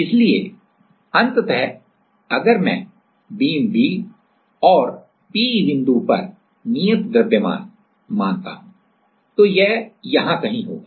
इसलिए अंततः अगर मैं बीम B और P बिंदु पर नियत द्रव्यमान प्रूफ मास proof mass मानता हूं तो यह यहां कहीं होगा